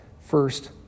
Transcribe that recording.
first